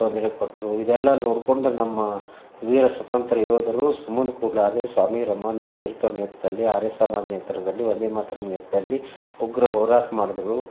ತೊಂದರೆ ಕೊಟ್ಟರು ಇದೆಲ್ಲ ನೋಡಿಕೊಂಡು ನಮ್ಮ ವೀರ ಸ್ವತಂತ್ರ್ಯ ಯೋಧರು ಸುಮ್ಮನೆ ಕೂಡ್ಲಾರ್ದೆ ಸ್ವಾಮಿ ರಮಾನಂದ ತೀರ್ಥರ ನೇತೃದಲ್ಲಿ ಆರ್ಯ ಸಮಾಜ ನೇತೃದಲ್ಲಿ ವಂದೇ ಮಾತರಂ ನೇತೃದಲ್ಲಿ ಉಗ್ರ ಹೋರಾಟ ಮಾಡಿದ್ರು